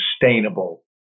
sustainable